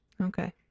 Okay